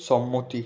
সম্মতি